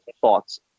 thoughts